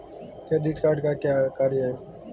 Credit card का क्या कार्य है?